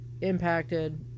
impacted